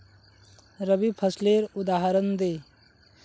रवि फसलेर उदहारण दे?